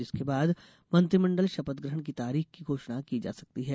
जिसके बाद मंत्रिमंडल शपथग्रहण की तारीख की घोषणा की जा सकती है